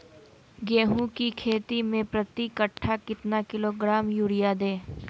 गेंहू की खेती में प्रति कट्ठा कितना किलोग्राम युरिया दे?